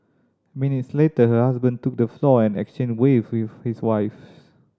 minutes later her husband took the floor and exchanged waves with his wife